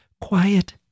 quiet